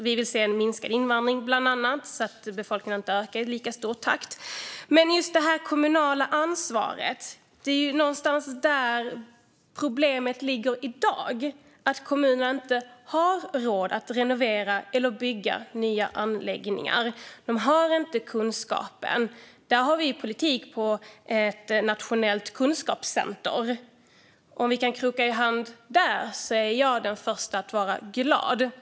Vi vill se en minskad invandring, bland annat, så att befolkningen inte ökar i lika hög takt. Men när det gäller det kommunala ansvaret är det där problemet ligger i dag: kommunerna har inte råd att renovera eller bygga nya anläggningar och har inte kunskapen. I vår politik ingår ett nationellt kunskapscenter. Om vi kan kroka arm där är jag den första att vara glad.